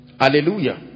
Hallelujah